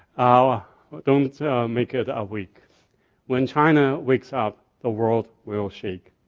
ah but don't make it awake. when china wakes up, the world will shake.